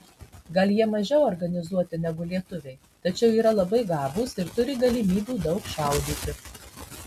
gal jie mažiau organizuoti negu lietuviai tačiau yra labai gabūs ir turi galimybių daug šaudyti